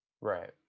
Right